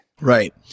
Right